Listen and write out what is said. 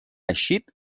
eixit